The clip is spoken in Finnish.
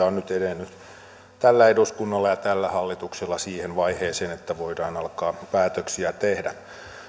on nyt edennyt tällä eduskunnalla ja tällä hallituksella siihen vaiheeseen että voidaan alkaa päätöksiä tehdä